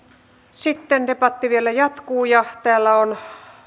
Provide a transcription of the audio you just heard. sitten debatti vielä jatkuu täällä on